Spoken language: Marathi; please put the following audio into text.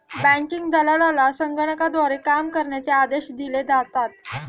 बँकिंग दलालाला संगणकाद्वारे काम करण्याचे आदेश दिले जातात